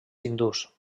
hindús